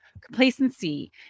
complacency